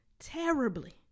terribly